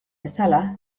bezala